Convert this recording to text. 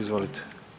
Izvolite.